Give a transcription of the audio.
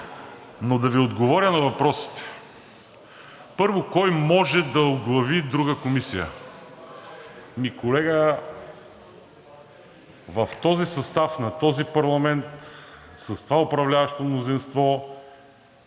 Но да Ви отговоря на въпросите. Първо, кой може да оглави друга комисия? Ами, колега, в този състав на този парламент, с това управляващо мнозинство,